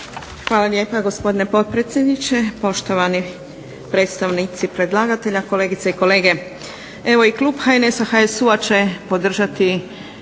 Hvala lijepa gospodine potpredsjedniče, poštovani predstavnici predlagatelja, kolegice i kolege. Evo i klub HNS-HSU-a će podržati